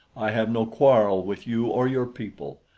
i have no quarrel with you or your people.